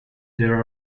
there